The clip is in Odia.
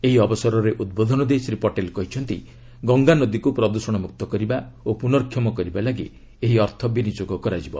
ଏହି ଅବସରରେ ଉଦ୍ବୋଧନ ଦେଇ ଶ୍ରୀ ପଟେଲ୍ କହିଛନ୍ତି ଗଙ୍ଗା ନଦୀକୁ ପ୍ରଦ୍ଷଣମୁକ୍ତ କରିବା ଓ ପୁନର୍କ୍ଷମ କରିବା ଲାଗି ଏହି ଅର୍ଥ ବିନିଯୋଗ କରାଯିବ